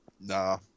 nah